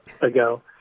ago